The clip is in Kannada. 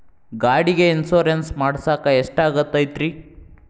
ಗಾಡಿಗೆ ಇನ್ಶೂರೆನ್ಸ್ ಮಾಡಸಾಕ ಎಷ್ಟಾಗತೈತ್ರಿ?